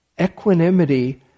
equanimity